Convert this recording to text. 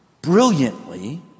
brilliantly